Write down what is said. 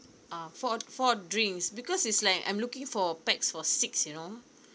uh four four drinks because it's like I'm looking for pax for six you know